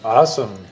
Awesome